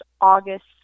August